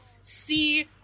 see